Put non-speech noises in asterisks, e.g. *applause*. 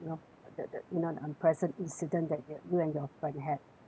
uh the the you know the unpleasant incident that you you and your friend had *breath*